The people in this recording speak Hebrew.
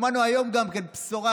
שמענו היום גם בשורה,